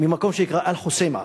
ממקום שנקרא אל-חוסיימה,